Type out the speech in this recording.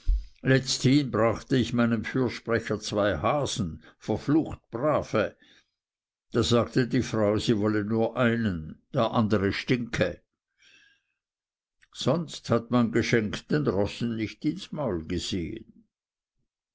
letzthin brachte ich meinem fürsprecher zwei hasen verflucht brave da sagte die frau sie wolle nur einen der andere stinke sonst hat man geschenkten rossen nicht ins maul gesehen